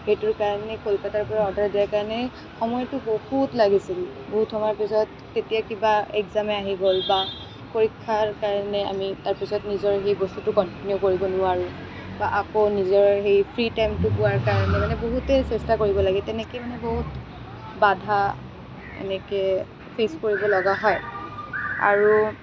সেইটো কাৰণে কলকাতাৰ পৰা অৰ্ডাৰ দিয়াৰ কাৰণে সময়টো বহুত লাগিছিল বহুত সময়ৰ পিছত তেতিয়া কিবা এক্জামেই আহি গ'ল বা পৰীক্ষাৰ কাৰণে আমি তাৰপিছত নিজৰ সেই বস্তুটো কণ্টিন্যু কৰিব নোৱাৰোঁ বা আকৌ নিজৰ সেই ফ্ৰি টাইমটো পোৱাৰ কাৰণে মানে বহুতেই চেষ্টা কৰিব লাগে তেনেকৈ মানে বহুত বাধা এনেকৈ ফেইচ কৰিব লগা হয় আৰু